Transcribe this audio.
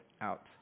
out